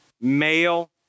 male